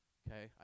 okay